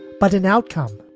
but an outcome?